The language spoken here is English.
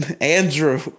Andrew